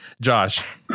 Josh